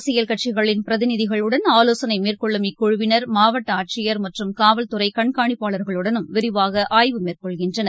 அரசியல் கட்சிகளின் பிரதிநிதிகளுடன் ஆலோசனைமேற்கொள்ளும் இக்குழுவினா் மாவட்டஆட்சியர் மற்றும் னவல்துறைகண்காணிப்பாளர்களுடனும் விரிவாகஆய்வு மேற்னெள்கின்றனர்